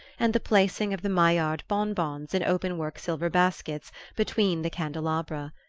and the placing of the maillard bonbons in openwork silver baskets between the candelabra.